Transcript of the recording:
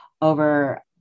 over